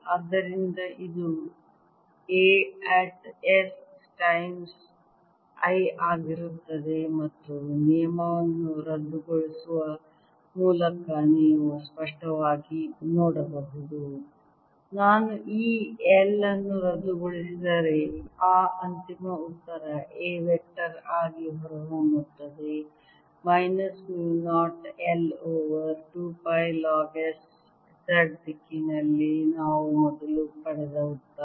ಆದ್ದರಿಂದ ಇದು A at s times i ಆಗಿರುತ್ತದೆ ಮತ್ತು ನಿಯಮಗಳನ್ನು ರದ್ದುಗೊಳಿಸುವ ಮೂಲಕ ನೀವು ಸ್ಪಷ್ಟವಾಗಿ ನೋಡಬಹುದು ನಾನು ಈ l ಅನ್ನು ರದ್ದುಗೊಳಿಸಿದರೆ ಆ ಅಂತಿಮ ಉತ್ತರ A ವೆಕ್ಟರ್ ಆಗಿ ಹೊರಹೊಮ್ಮುತ್ತದೆ minus mu 0 I over 2 pi log s z ದಿಕ್ಕಿನಲ್ಲಿ ನಾವು ಮೊದಲು ಪಡೆದ ಉತ್ತರ